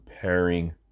pairing